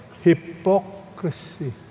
hypocrisy